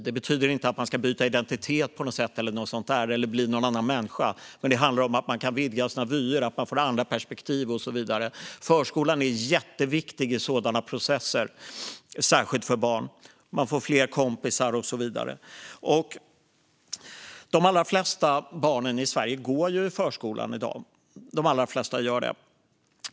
Det betyder inte att man ska byta identitet på något sätt eller bli någon annan människa, utan det handlar om att man kan vidga sina vyer och få andra perspektiv. Förskolan är jätteviktig i sådana processer, särskilt för barn. De får fler kompisar och så vidare. De allra flesta barnen i Sverige går i förskolan i dag.